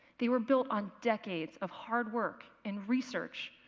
they were built on decades of hard work and research,